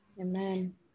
amen